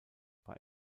bei